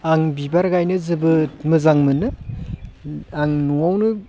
आं बिबार गायनो जोबोद मोजां मोनो आं न'आवनो